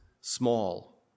small